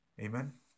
Amen